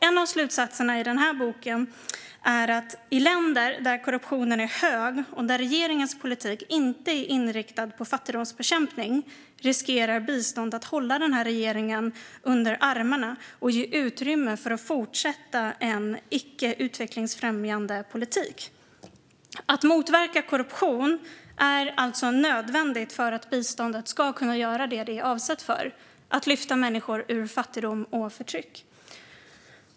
En av slutsatserna i den boken är att i länder där korruptionen är hög och där regeringens politik inte är inriktad på fattigdomsbekämpning riskerar biståndet att hålla denna regering under armarna och ge utrymme för att fortsätta en icke utvecklingsfrämjande politik. Att motverka korruption är alltså nödvändigt för att biståndet ska kunna göra det som det är avsett för, nämligen lyfta människor ur fattigdom och förtryck.